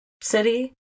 city